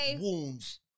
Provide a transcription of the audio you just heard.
wounds